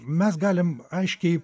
mes galim aiškiai